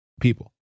people